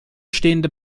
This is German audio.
stehende